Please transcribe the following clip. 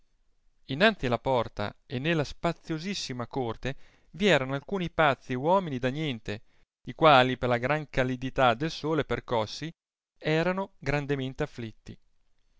innanzi alla porta e nella spaziosissima corte vi erano alcuni pazzi e uomini da niente i quali per la gran calidità del sole percossi erano grandemente afflitti